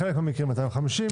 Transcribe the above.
בחלק מהמקרים היה 250 שקלים.